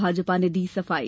भाजपा ने दी सफाई